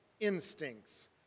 instincts